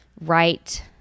right